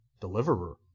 Deliverer